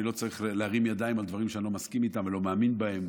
ואני לא צריך להרים ידיים על דברים שאני לא מסכים איתם ולא מאמין בהם,